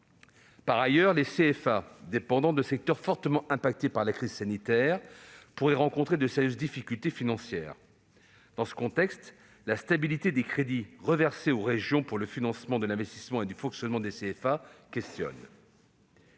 d'apprentis (CFA) qui dépendent de secteurs fortement atteints par la crise sanitaire pourraient rencontrer de sérieuses difficultés financières. Dans ce contexte, la stabilité des crédits reversés aux régions pour le financement de l'investissement et du fonctionnement des CFA questionne.